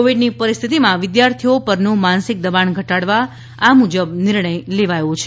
કોવિડની પરિસ્થિતિમાં વિદ્યાર્થીઓ પરનું માનસિક દબાણ ઘટાડવા આ મુજબ નિર્ણય લેવાયો છે